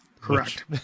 correct